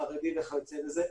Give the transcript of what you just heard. החרדי וכיוצא בזה.